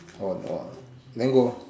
oh no mango